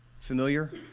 Familiar